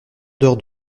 d’heure